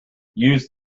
used